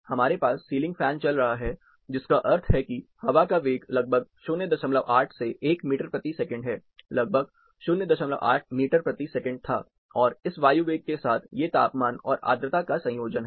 हमारे पास ceiling fan चल रहा था जिसका अर्थ है कि हवा का वेग लगभग 08 से 1 मीटर प्रति सेकंड लगभग 08 मीटर प्रति सेकंड था और इस वायु वेग के साथ ये तापमान और आर्द्रता का संयोजन हैं